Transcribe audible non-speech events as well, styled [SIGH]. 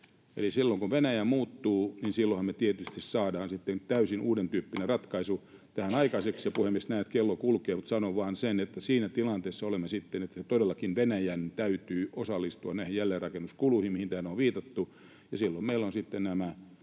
Eli kun Venäjä muuttuu, niin silloinhan me tietysti saadaan sitten täysin uudentyyppinen ratkaisu tähän aikaiseksi. [NOISE] — Puhemies, näen että kello kulkee, mutta sanon vain sen, että siinä tilanteessa olemme sitten, että todellakin Venäjän täytyy osallistua näihin jälleenrakennuskuluihin, mihin tänään on viitattu, ja silloin meillä ovat siinä